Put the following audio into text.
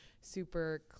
super